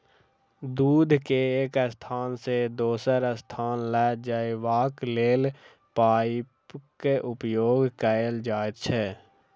दूध के एक स्थान सॅ दोसर स्थान ल जयबाक लेल पाइपक उपयोग कयल जाइत छै